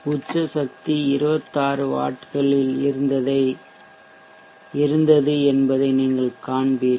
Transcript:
உச்ச சக்தி 26 வாட்களில் இருந்தது என்பதை நீங்கள் காண்பீர்கள்